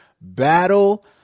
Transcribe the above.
battle